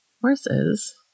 horses